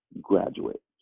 graduate